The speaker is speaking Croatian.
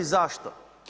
Zašto?